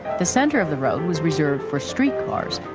the centre of the road was reserved for streetcars,